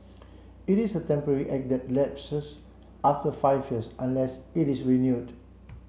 it is a temporary act that lapses after five years unless it is renewed